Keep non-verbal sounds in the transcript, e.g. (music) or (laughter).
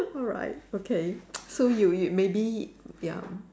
alright okay (noise) so you you maybe ya